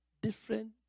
different